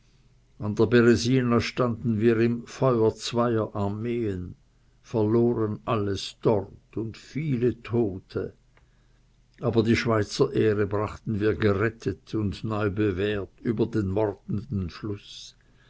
der beresina standen wir im feuer zweier armeen verloren alles dort und viele tote aber die schweizerehre brachten wir gerettet und neu bewährt über den mordenden fluß